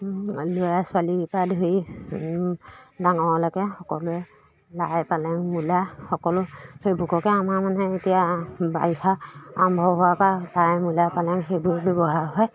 ল'ৰা ছোৱালী পা ধৰি ডাঙৰলৈকে সকলোৱে লাই পালেং মূলা সকলো সেইবোৰকে আমাৰ মানে এতিয়া বাৰিষা আৰম্ভ হোৱাৰ পা লাই মূলা পালেং সেইবোৰ ব্যৱহাৰ হয়